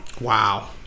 wow